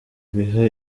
biha